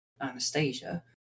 Anastasia